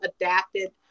adapted